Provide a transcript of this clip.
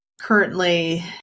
currently